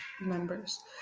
members